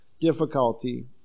difficulty